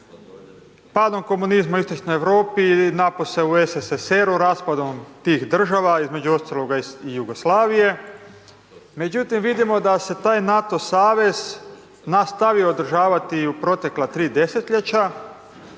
padom komunizma u Istočnoj Europi, napose u SSSR-u, raspadom tih država, između ostaloga i Jugoslavije, međutim vidimo da se taj NATO savez nastavio održavati i u proteklih 3 desetljeće,